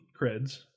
creds